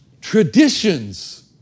Traditions